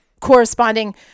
corresponding